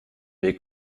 mes